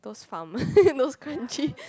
those farm those Kranji